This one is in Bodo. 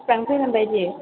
बेसेबां फैगोन बायदि